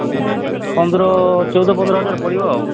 ହେ ପନ୍ଦର ଚଉଦ ପନ୍ଦର ହଜାର ପଡ଼ିବ ଆଉ